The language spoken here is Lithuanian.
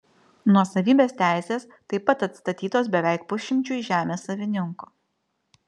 nuosavybės teisės taip pat atstatytos beveik pusšimčiui žemės savininkų